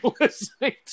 listening